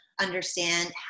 understand